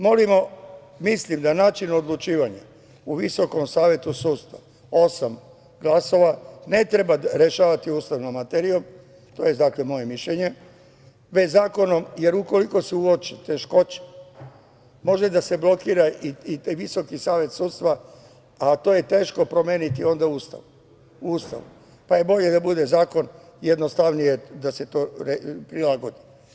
Mislim da način odlučivanja u Visokom savetu sudstva, osam glasova, ne treba rešavati ustavnom materijom, to je dakle moje mišljenje, već zakonom, jer ukoliko se uoče teškoće, može da se blokira i taj Visoki savet sudstva, a to je teško promeniti onda u Ustavu, pa je bolje da bude zakonom, jednostavnije je da se to prilagodi.